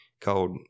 called